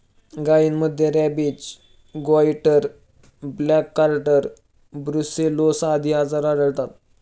गायींमध्ये rabies, goitre, black quarter, brucellosis आदी आजार आढळतात